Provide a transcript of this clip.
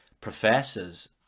professors